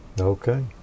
Okay